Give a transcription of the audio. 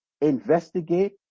investigate